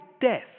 death